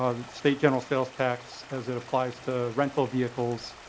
ah the state general sales tax as it applies to rental vehicles.